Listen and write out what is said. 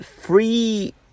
free